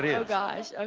yeah gosh. ah